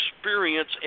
experience